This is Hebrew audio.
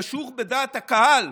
קשורה בדעת הקהל,